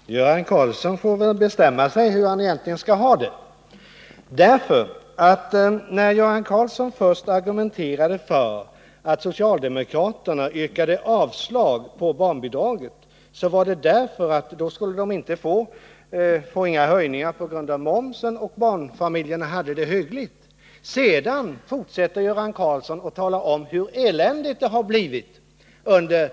Herr talman! Göran Karlsson får väl bestämma sig för hur han egentligen skall ha det. När Göran Karlsson först argumenterade för socialdemokraternas yrkande om avslag på barnbidragshöjningen var skälet att barnfamiljerna inte skulle få några höjningar på grund av momsen och att de hade det hyggligt. Sedan fortsatte Göran Karlsson och talade om hur eländigt det har blivit under